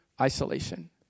isolation